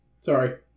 Sorry